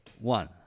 one